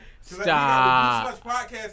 Stop